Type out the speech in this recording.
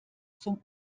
zum